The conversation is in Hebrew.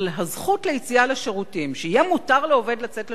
על הזכות ליציאה לשירותים: שיהיה מותר לעובד לצאת לשירותים,